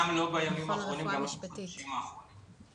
גם לא בימים האחרונים, גם לא בחודשים האחרונים.